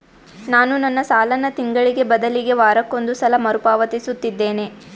ನಾನು ನನ್ನ ಸಾಲನ ತಿಂಗಳಿಗೆ ಬದಲಿಗೆ ವಾರಕ್ಕೊಂದು ಸಲ ಮರುಪಾವತಿಸುತ್ತಿದ್ದೇನೆ